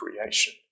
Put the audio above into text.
creation